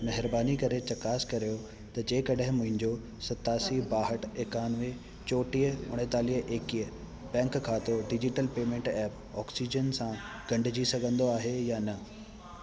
महिरबानी करे चकासु करियो त जेकॾहिं मुंहिंजो सतासी ॿाहठि एकानवे चोटीह उणतालीह एकवीह बैंक खातो डिजिटल पेमेंट ऐप ऑक्सीजन सां ॻंढिजी सघंदो आहे या न